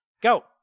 Go